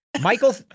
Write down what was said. Michael